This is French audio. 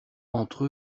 entre